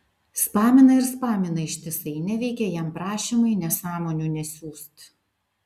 spamina ir spamina ištisai neveikia jam prašymai nesąmonių nesiųst